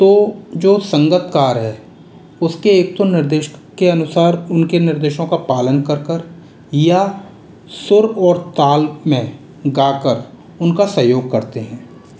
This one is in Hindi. तो जो संगीतकर है उसके एक तो निर्देशक के अनुसार उनके निर्देशों का पालन कर कर या सुर और ताल में गाकर उनका सहयोग करते हैं